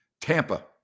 Tampa